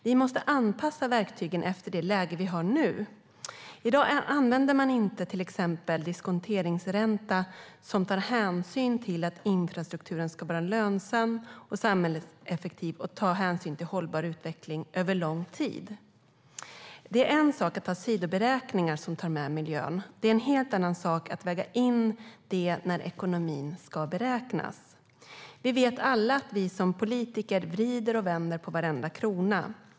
Vi måste anpassa verktygen efter det läge vi har nu. I dag använder man inte till exempel diskonteringsränta som tar hänsyn till att infrastrukturen ska vara lönsam och samhällseffektiv och ta hänsyn till hållbar utveckling över lång tid. Det är en sak att ha sidoberäkningar som tar med miljön. Det är en helt annan sak att väga in det när ekonomin ska beräknas. Vi vet alla att vi som politiker vrider och vänder på varenda krona.